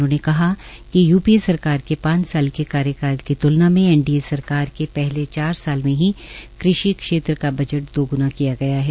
उन्होंने कहा कि यूपीए सरकार के पांच साल के कार्यकाल की त्लना में एनडीए सरकार के पहले चार साल में ही कृषि क्षेत्र का बजट दोग्ना किया गया है